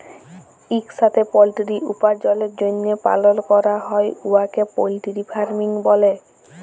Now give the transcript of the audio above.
ইকসাথে পলটিরি উপার্জলের জ্যনহে পালল ক্যরা হ্যয় উয়াকে পলটিরি ফার্মিং ব্যলে